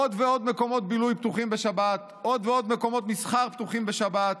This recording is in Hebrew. עוד ועוד מקומות בילוי פתוחים בשבת; עוד ועוד מקומות מסחר פתוחים בשבת.